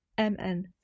MN